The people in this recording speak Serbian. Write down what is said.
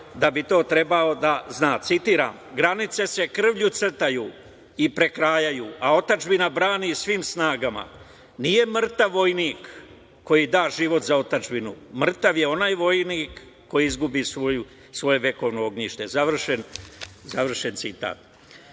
bi to trebao da zna. Citiram: „Granice se krvlju crtaju i prekrajaju, a otadžbina brani svim snagama. Nije mrtav vojnik koji da život za otadžbinu, mrtav je onaj vojnik koji izgubi svoje vekovno ognjište“. Završen citat. Nije